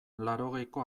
laurogeiko